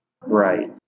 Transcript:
Right